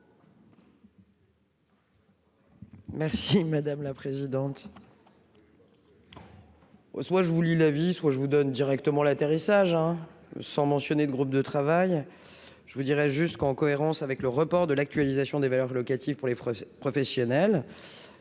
Merci madame la présidente. Soit je vous lis la vie soit je vous donne directement l'atterrissage hein, sans mentionner, le groupe de travail, je vous dirais jusqu'en cohérence avec le report de l'actualisation des valeurs locatives pour les professionnels,